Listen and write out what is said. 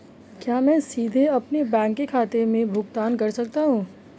क्या मैं सीधे अपने बैंक खाते से भुगतान कर सकता हूं?